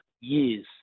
years